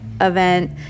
event